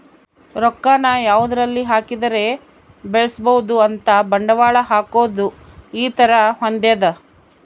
ರೊಕ್ಕ ನ ಯಾವದರಲ್ಲಿ ಹಾಕಿದರೆ ಬೆಳ್ಸ್ಬೊದು ಅಂತ ಬಂಡವಾಳ ಹಾಕೋದು ಈ ತರ ಹೊಂದ್ಯದ